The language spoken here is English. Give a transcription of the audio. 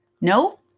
No